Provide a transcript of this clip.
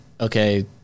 okay